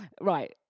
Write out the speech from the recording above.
right